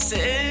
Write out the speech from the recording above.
Say